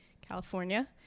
California